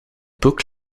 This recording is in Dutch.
boek